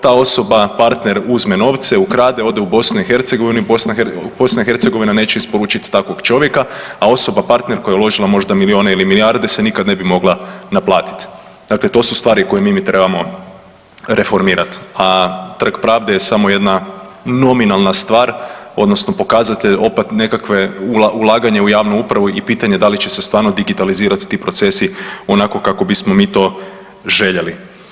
Ta osoba partner uzme novce, ukrade, ode u BiH i BiH neće isporučit takvog čovjeka, a osoba partner koja je uložila možda milijune ili milijarde se nikad ne bi mogla naplatiti, dakle to su stvari koje mi trebamo reformirat, a trg pravde je samo jedna nominalna stvar odnosno pokazatelj opet nekakve ulaganje u javnu upravu i pitanje da li će se stvarno digitalizirati ti procesi onako kako bismo mi to željeli.